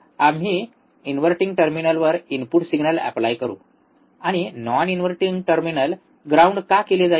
आम्ही इनव्हर्टिंग टर्मिनलवर input signal apply करू आणि नॉन इनव्हर्टिंग टर्मिनल ग्राउंड का केले जाईल